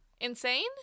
insane